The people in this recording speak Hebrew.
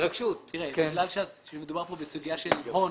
בגלל שמדובר כאן בסוגיה של הון,